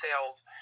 sales